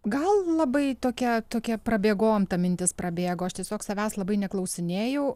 gal labai tokia tokia prabėgom ta mintis prabėgo aš tiesiog savęs labai neklausinėjau